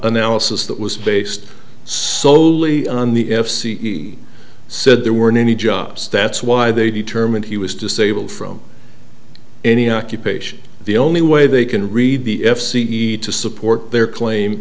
analysis that was based soley on the f c e said there weren't any jobs that's why they determined he was disabled from any occupation the only way they can read the f c e to support their claim